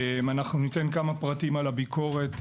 אנחנו ניתן כמה פרטים על הביקורת.